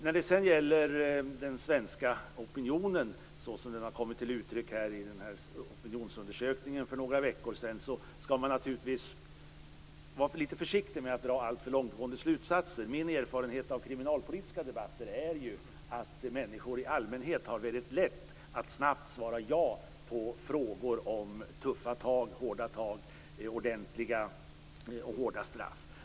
När det gäller den svenska opinionen såsom den har kommit till uttryck i den opinionsundersökning som har gjorts för några veckor sedan, skall man naturligtvis vara litet försiktig med att dra alltför långtgående slutsatser. Min erfarenhet av kriminalpolitiska debatter är ju att människor i allmänhet har mycket lätt att snabbt svara ja på frågor om tuffa och hårda tag och hårda straff.